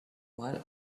while